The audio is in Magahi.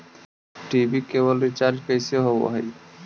टी.वी केवल रिचार्ज कैसे होब हइ?